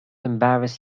embarrass